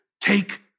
Take